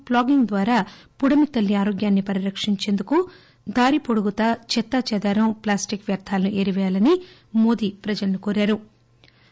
plogging ద్వారా పుడమి తల్లి ఆరోగ్యాన్ని పరిరక్షించేందుకు దారి పొడుగునా చెత్తాచెదారం ప్లాస్టిక్ వ్యర్దాలను ఏరివేయాలని మోదీ ప్రజలను కోరారు